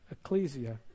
ecclesia